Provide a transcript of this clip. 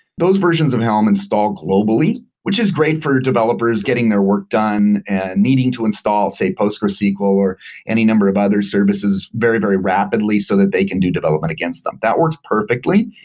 those versions of helm install globally, which is great for developers getting their work done and needing to install, say, postgresql or any number of other services very, very rapidly so that they can do development against them. that works perfectly,